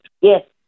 Yes